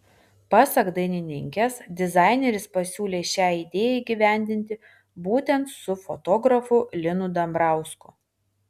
pasak dainininkės dizaineris pasiūlė šią idėją įgyvendinti būtent su fotografu linu dambrausku